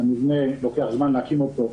כי לוקח זמן להקים את המבנה,